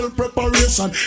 preparation